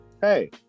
Hey